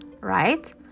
right